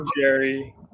jerry